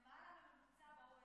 למעלה מהממוצע ב-OECD.